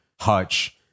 Hutch